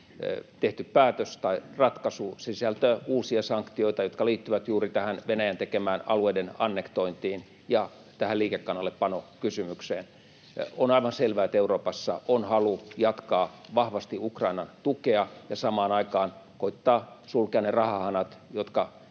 tehty päätös tai ratkaisu. Se sisältää uusia sanktioita, jotka liittyvät juuri tähän Venäjän tekemään alueiden annektointiin ja tähän liikekannallepanokysymykseen. On aivan selvä, että Euroopassa on halu jatkaa vahvasti Ukrainan tukea ja samaan aikaan koettaa sulkea ne rahahanat, jotka